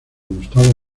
gustavo